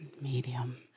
Medium